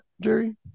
Jerry